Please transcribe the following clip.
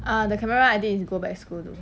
uh the camera I did is go back school though